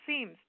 seems